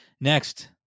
Next